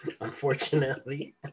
Unfortunately